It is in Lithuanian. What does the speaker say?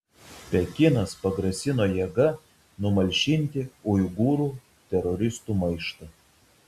pekinas pagrasino jėga numalšinti uigūrų teroristų maištą